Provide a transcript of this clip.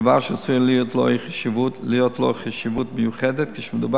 דבר שעשויה להיות לו חשיבות מיוחדת כשמדובר